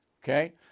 Okay